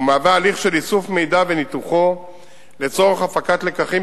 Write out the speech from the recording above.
ומהווה הליך של איסוף מידע וניתוחו לצורך הפקת לקחים